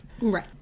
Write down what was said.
Right